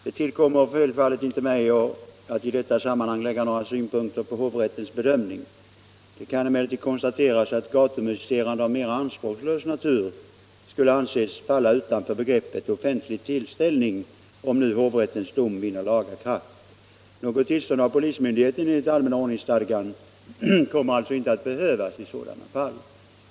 Det tillkommer självfallet inte mig att i detta sammanhang lägga några synpunkter på hovrättens bedömning. Det kan emellertid konstateras att gatumusicerande av mer anspråkslös natur skulle anses falla utanför begreppet offentlig tillställning om hovrättens dom vinner laga kraft. Något tillstånd av polismyndighet, enligt allmänna ordningsstadgan, kommer alltså inte att behövas i sådana fall.